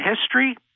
history